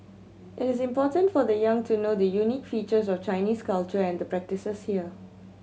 is important for the young to know the unique features of Chinese culture and the practices here